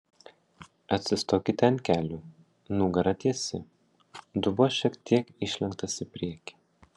atsistokite ant kelių nugara tiesi dubuo šiek tiek išlenktas į priekį